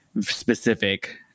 specific